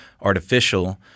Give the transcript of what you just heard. artificial